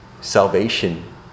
salvation